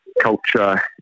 culture